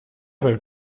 beim